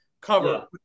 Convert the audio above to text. cover